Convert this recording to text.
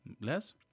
Less